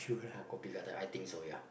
oh kopi I think so ya